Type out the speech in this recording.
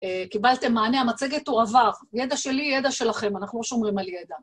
קיבלתם מענה, המצגת תועבר, ידע שלי ידע שלכם, אנחנו לא שומרים על ידע.